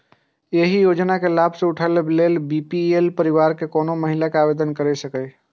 एहि योजनाक लाभ उठाबै लेल बी.पी.एल परिवारक कोनो महिला आवेदन कैर सकैए